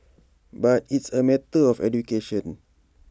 but it's A matter of education